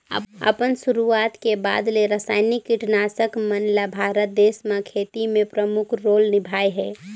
अपन शुरुआत के बाद ले रसायनिक कीटनाशक मन ल भारत देश म खेती में प्रमुख रोल निभाए हे